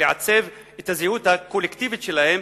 לעצב את הזהות הקולקטיבית שלהם,